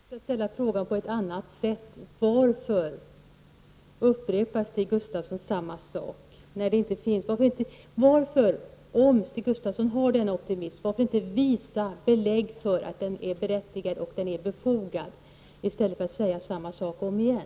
Fru talman! Jag måste ställa min fråga på ett annat sätt. Varför upprepar Stig Gustafsson samma sak? Om Stig Gustafsson har denna optimism, varför inte visa belägg för att den är berättigad och befogad i stället för att säga samma sak omigen?